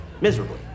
miserably